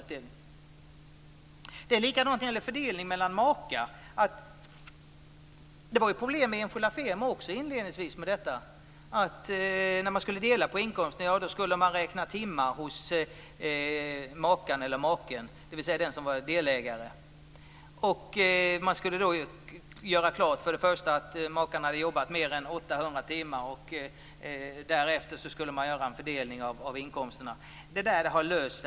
Likadant är det i fråga om fördelningen mellan makar. Inledningsvis var det problem i det sammanhanget också beträffande enskild firma. När man skulle dela på inkomsten skulle antalet timmar hos maken/makan, dvs. hos delägaren, räknas. Man skulle göra klart att makarna hade jobbat mer än 800 timmar. Därefter skulle en fördelning göras av inkomsterna. Det där är i dag löst.